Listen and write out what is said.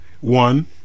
one